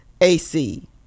AC